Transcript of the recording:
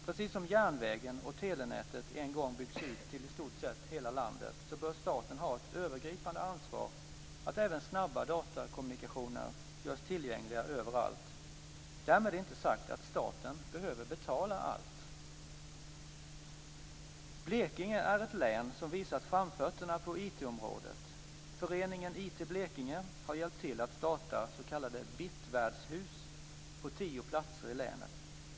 Precis som järnvägen och telenätet en gång byggdes ut till i stort sett hela landet, så bör staten ha ett övergripande ansvar för att även snabba datakommunikationer görs tillgängliga överallt. Därmed inte sagt att staten behöver betala allt. Blekinge är ett län som visat framfötterna på IT området. Föreningen IT-Blekinge har hjälpt till att starta s.k. Bit-världshus på tio platser i länet.